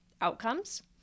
outcomes